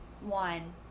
one